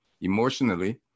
emotionally